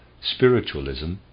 spiritualism